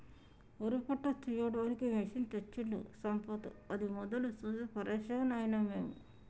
వరి పొట్టు తీయడానికి మెషిన్ తెచ్చిండు సంపత్ అది మొదలు చూసి పరేషాన్ అయినం మేము